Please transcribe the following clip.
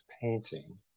painting